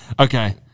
Okay